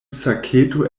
saketo